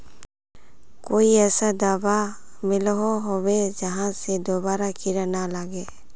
कोई ऐसा दाबा मिलोहो होबे जहा से दोबारा कीड़ा ना लागे?